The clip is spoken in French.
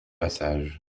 passage